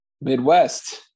Midwest